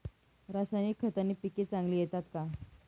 रासायनिक खताने पिके चांगली येतात का?